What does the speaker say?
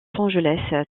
angeles